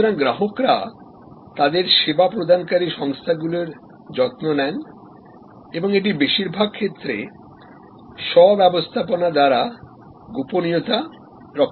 সুতরাং গ্রাহকরা তাদের সেবা প্রদানকারী সংস্থাগুলির যত্ন নেন এবং এটি বেশির ভাগ ক্ষেত্রে স্ব ব্যবস্থাপনা দ্বারা গোপানিয়তা রখ্যা করে